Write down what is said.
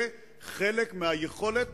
זה חלק מהיכולת